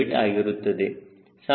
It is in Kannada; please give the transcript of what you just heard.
48 ಆಗಿರುತ್ತದೆ